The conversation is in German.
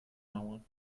mauer